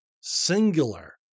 Singular